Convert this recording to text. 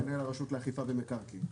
מנהל הרשות לאכיפה במקרקעין.